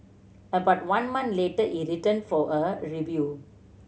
about one month later he returned for a review